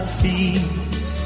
feet